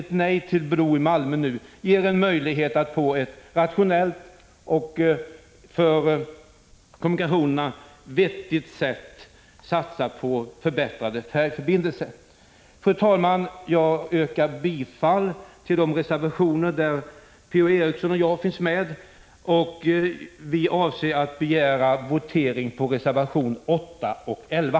Ett nej nu till en bro i Malmö innebär att man får en möjlighet att på ett rationellt och ett för kommunikationerna vettigt sätt satsa på förbättrade färjeförbindelser. Fru talman! Jag yrkar bifall till de reservationer som P.-O. Eriksson och jag har medverkat till. Vi avser att begära votering när det gäller reservationerna 8 och 11.